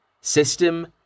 System